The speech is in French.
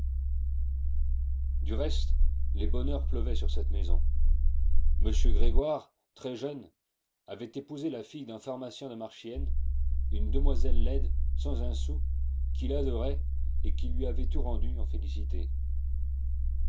du reste les bonheurs pleuvaient sur cette maison m grégoire très jeune avait épousé la fille d'un pharmacien de marchiennes une demoiselle laide sans un sou qu'il adorait et qui lui avait tout rendu en félicité